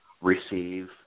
receive